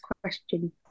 question